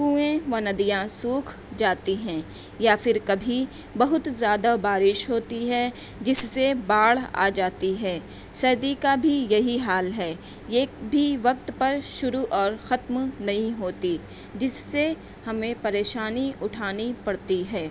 کنویں و ندیاں سوکھ جاتی ہیں یا پھر کبھی بہت زیادہ بارش ہوتی ہے جس سے باڑھ آ جاتی ہے سردی کا بھی یہی حال ہے یہ بھی وقت پر شروع اور ختم نہیں ہوتی جس سے ہمیں پریشانی اٹھانی پڑتی ہے